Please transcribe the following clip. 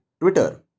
Twitter